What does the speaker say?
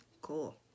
Cool